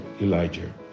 Elijah